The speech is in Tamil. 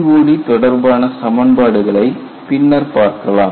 CTOD தொடர்பான சமன்பாடுகளை பின்னர் பார்க்கலாம்